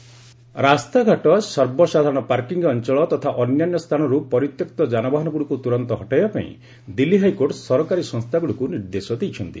Delhi HC vehicles ରାସ୍ତାଘାଟ ସର୍ବସାଧାରଣ parking ଅଞ୍ଚଳ ତଥା ଅନ୍ୟାନ୍ୟ ସ୍ଥାନରୁ ପରିତ୍ୟକ୍ତ ଯାନବାହନଗୁଡ଼ିକୁ ତୁରନ୍ତ ହଟାଇବା ପାଇଁ ଦିଲ୍ଲୀ ହାଇକୋର୍ଟ ସରକାରୀ ସଂସ୍ଥାଗୁଡ଼ିକୁ ନିର୍ଦ୍ଦେଶ ଦେଇଛନ୍ତି